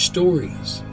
Stories